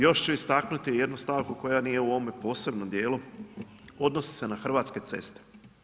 Još ću istaknuti jednu stavku koja nije u ovom posebnom dijelu, odnosi se na Hrvatske ceste.